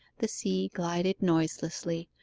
the sea glided noiselessly,